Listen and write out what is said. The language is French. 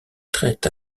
traite